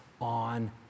on